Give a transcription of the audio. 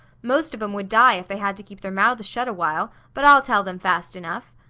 most of em would die if they had to keep their mouths shut awhile but i'll tell them fast enough.